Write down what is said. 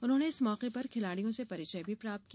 उन्होंने इस मौके पर खिलाड़ियों से परिचय भी प्राप्त किया